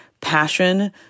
passion